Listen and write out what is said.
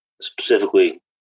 specifically